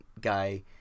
guy